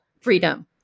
freedom